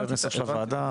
זה המסר של הוועדה.